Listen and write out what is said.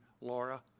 Laura